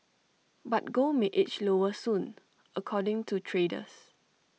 but gold may edge lower soon according to traders